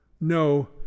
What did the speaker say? no